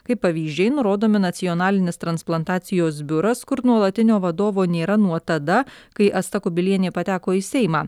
kaip pavyzdžiai nurodomi nacionalinis transplantacijos biuras kur nuolatinio vadovo nėra nuo tada kai asta kubilienė pateko į seimą